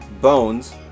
Bones